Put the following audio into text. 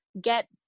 get